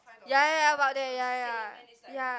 ya ya ya about there ya ya ya